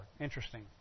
Interesting